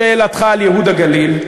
לשאלתך על ייהוד הגליל.